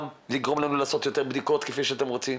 גם לעשות לנו יותר בדיקות כפי שאתם רוצים.